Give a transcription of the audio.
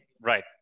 Right